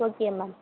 okay ma'am